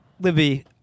Libby